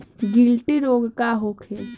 गिल्टी रोग का होखे?